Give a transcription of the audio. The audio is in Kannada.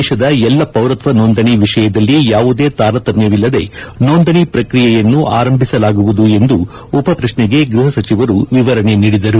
ದೇಶದ ಎಲ್ಲ ಪೌರತ್ನ ಸೋಂದಣಿ ವಿಷಯದಲ್ಲಿ ಯಾವುದೇ ತಾರತಮ್ಯವಿಲ್ಲದೆ ಸೋಂದಣಿ ಪ್ರಕ್ರಿಯೆಯನ್ನು ಆರಂಭಿಸಲಾಗುವುದು ಎಂದು ಉಪಪ್ರಶ್ನೆಗೆ ಗ್ವಹ ಸಚಿವರು ವಿವರಣೆ ನೀಡಿದರು